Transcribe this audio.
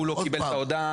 הוא לא קיבל את ההודעה,